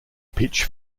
pitch